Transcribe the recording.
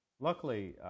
Luckily